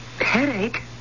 headache